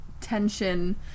tension